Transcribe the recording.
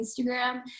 instagram